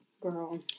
Girl